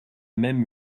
même